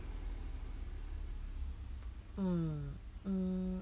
mm mm